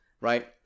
right